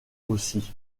aussi